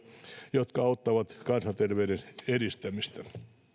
jotka auttavat kansanterveyden edistämistä